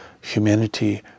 humanity